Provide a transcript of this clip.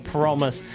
promise